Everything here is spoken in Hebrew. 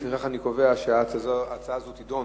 לפיכך אני קובע שהצעה זו תידון